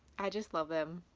i just love them.